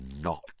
not